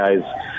guys